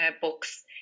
books